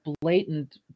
blatant